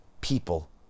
people